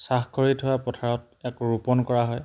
চাহ কৰি থোৱা পথাৰত ইয়াক ৰোপণ কৰা হয়